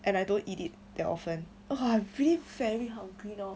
and I don't eat it that often !wah! I really very hungry now